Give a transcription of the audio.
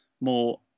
more